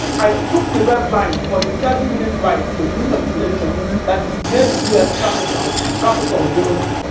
i took the red line for the thirty minute ride to union station that is near the u s. capitol capitol building,